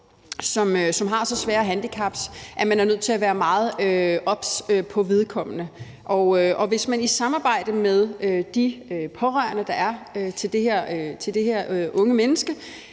som har så svære handicaps, at man er nødt til at være meget obs på vedkommende. Hvis man i samarbejde med de pårørende, der er, til det her unge menneske